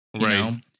Right